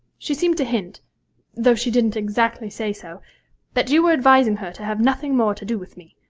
she seemed to hint though she didn't exactly say so that you were advising her to have nothing more to do with me.